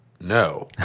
no